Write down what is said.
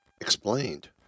explained